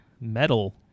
Metal